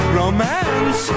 romance